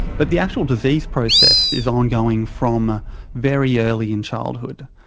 but the actual disease process is ongoing from very early in childhood.